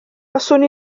buaswn